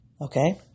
Okay